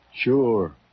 Sure